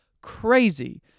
crazy